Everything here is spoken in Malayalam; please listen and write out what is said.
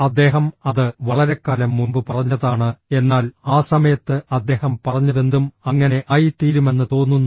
അദ്ദേഹം അത് വളരെക്കാലം മുമ്പ് പറഞ്ഞതാണ് എന്നാൽ ആ സമയത്ത് അദ്ദേഹം പറഞ്ഞതെന്തും അങ്ങനെ ആയിത്തീരുമെന്ന് തോന്നുന്നു